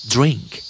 Drink